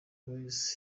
boyz